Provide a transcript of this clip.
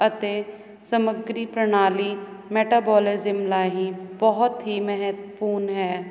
ਅਤੇ ਸਮੱਗਰੀ ਪ੍ਰਣਾਲੀ ਮੈਟਾਬੋਲੋਜਿਮ ਰਾਹੀਂ ਬਹੁਤ ਹੀ ਮਹਤਪੂਰਨ ਹੈ